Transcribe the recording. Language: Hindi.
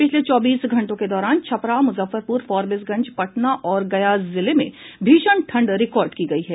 पिछले चौबीस घंटो के दौरान छपरा मुजफ्फरपुर फारबिसगंज पटना और गया जिले में भीषण ठंड रिकॉर्ड की गयी है